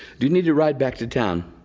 do you need a ride back to town?